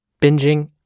binging